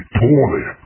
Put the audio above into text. poorly